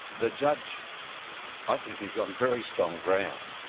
the judge i think is on very strong ground,